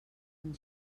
amb